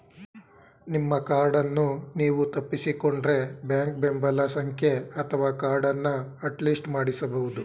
ನಿಮ್ಮ ಕಾರ್ಡನ್ನು ನೀವು ತಪ್ಪಿಸಿಕೊಂಡ್ರೆ ಬ್ಯಾಂಕ್ ಬೆಂಬಲ ಸಂಖ್ಯೆ ಅಥವಾ ಕಾರ್ಡನ್ನ ಅಟ್ಲಿಸ್ಟ್ ಮಾಡಿಸಬಹುದು